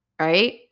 right